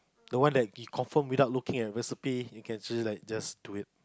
the one that you confirm without looking at recipe you can just like just do it